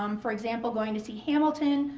um for example, going to see hamilton.